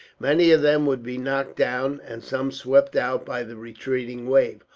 many of them would be knocked down, and some swept out by the retreating wave,